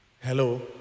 Hello